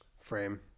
frame